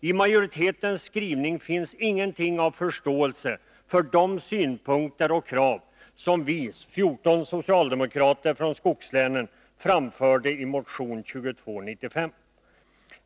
I majoritetens skrivning finns ingenting av förståelse för de synpunkter och krav som vi — 14 socialdemokrater från skogslänen — framfört i motion 2295.